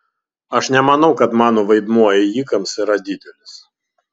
aš nemanau kad mano vaidmuo ėjikams yra didelis